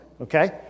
okay